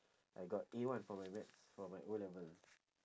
I got A one for my maths for my O-level